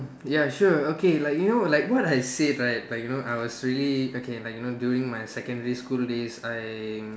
ya sure okay like you know like what I said right like you know I was really okay like you know during my secondary school days I'm